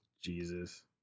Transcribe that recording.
Jesus